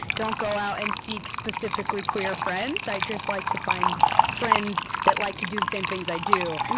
don't go out and seek specifically queer friends. i just like to find friends that like to do the same things i do, and